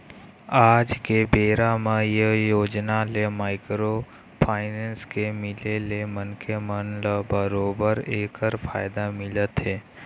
आज के बेरा म ये योजना ले माइक्रो फाइनेंस के मिले ले मनखे मन ल बरोबर ऐखर फायदा मिलत हे